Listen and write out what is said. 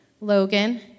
Logan